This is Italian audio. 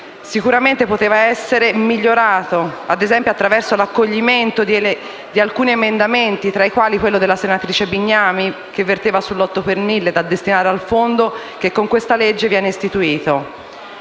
Sicuramente poteva essere migliorato, ad esempio attraverso l'accoglimento di alcuni emendamenti, tra i quali quello della senatrice Bignami, che verteva sull'8 per mille da destinare al fondo che viene istituito